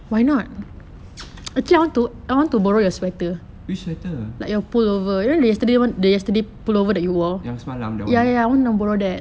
which sweater yang semalam